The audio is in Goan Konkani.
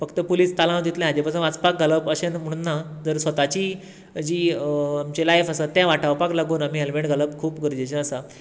फक्त पुलीस तालांव दितले हाजे पासून वाचपाक घालप अशेंत म्हुणून ना तर स्वताची जी आमचें लायफ आसा तें वाटावपाक लागून आमी हॅलमॅट घालप खूप गरजेचें आसा